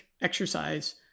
exercise